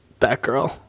Batgirl